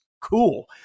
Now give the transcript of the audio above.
cool